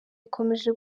ikomeje